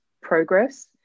progress